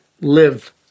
live